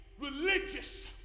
religious